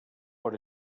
per